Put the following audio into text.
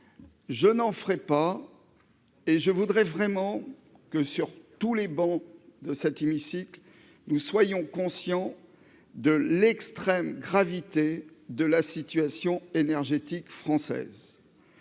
Je n'en ferai pas, et je souhaite que, sur toutes les travées de cet hémicycle, nous soyons conscients de l'extrême gravité de la situation énergétique française.